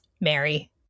Mary